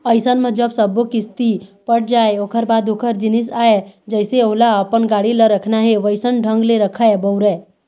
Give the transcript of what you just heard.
अइसन म जब सब्बो किस्ती पट जाय ओखर बाद ओखर जिनिस आय जइसे ओला अपन गाड़ी ल रखना हे वइसन ढंग ले रखय, बउरय